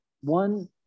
One